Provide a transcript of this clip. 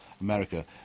America